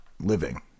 living